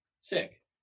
Sick